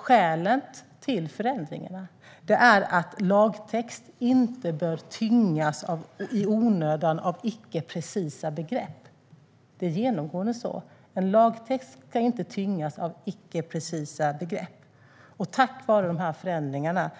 Skälet till förändringarna är att lagtext inte i onödan bör tyngas av icke precisa begrepp. Det är genomgående så. En lagtext ska inte tyngas av icke precisa begrepp. Tack vare dessa förändringar